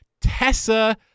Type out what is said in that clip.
Tessa